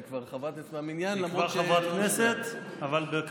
היא כבר חברת כנסת מן המניין?